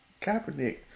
Kaepernick